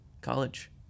college